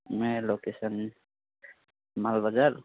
मेरो लोकेसन मालबजार